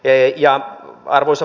arvoisa puhemies